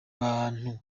bantu